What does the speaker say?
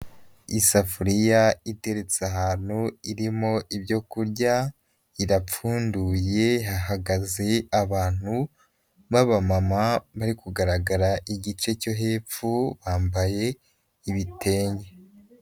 Isafuriya iteretse ahantu irimo ibyo kurya, irapfunduye hahagaze abantu b'abamama bari kugaragara igice cyo hepfo, bambaye ibitenge.